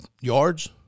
yards